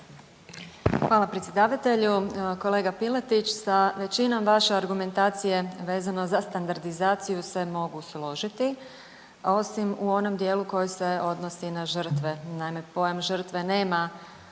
Hvala predsjedavatelju. Kolega Piletić, sa većinom vaše argumentacije vezano za standardizaciju se mogu složiti, osim u onom dijelu koji se odnosi na žrtve. Naime, pojam žrtve nema